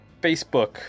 facebook